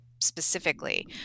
specifically